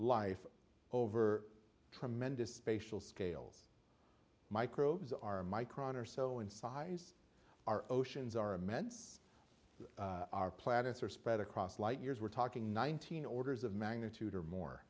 life over tremendous spatial scales microbes are micron or so in size our oceans are immense our planets are spread across light years we're talking nineteen orders of magnitude or more